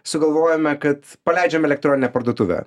sugalvojome kad paleidžiam elektroninę parduotuvę